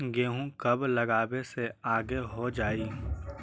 गेहूं कब लगावे से आगे हो जाई?